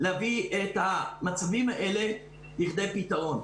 להביא את המצבים האלה לכדי פתרון.